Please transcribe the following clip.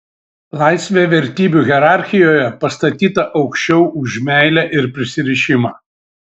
laisvė vertybių hierarchijoje pastatyta aukščiau už meilę ir prisirišimą